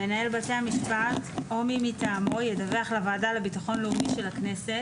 מנהל בתי המשפט או מי מטעמו ידווח לוועדה לביטחון לאומי של הכנסת,